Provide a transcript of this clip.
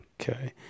okay